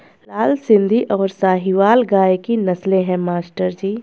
लाल सिंधी और साहिवाल गाय की नस्लें हैं मास्टर जी